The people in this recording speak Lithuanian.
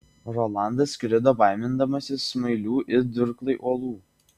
rolandas skrido baimindamasis smailių it durklai uolų